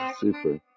super